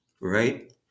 Right